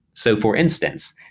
so for instance,